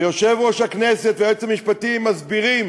ויושב-ראש הכנסת והיועץ המשפטי מסבירים